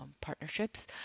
partnerships